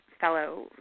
fellow